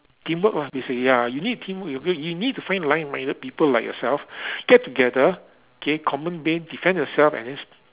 teamwork lah basically ya you need teamwork you you need to find like minded people like yourself get together okay common defend yourself and then s~